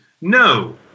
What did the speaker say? No